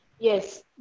Yes